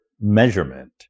measurement